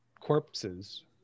corpses